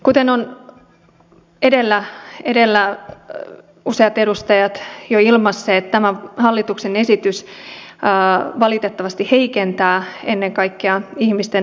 kuten ovat edellä useat edustajat jo ilmaisseet tämä hallituksen esitys valitettavasti ennen kaikkea heikentää ihmisten oikeusturvaa